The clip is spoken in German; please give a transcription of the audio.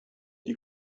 die